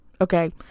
Okay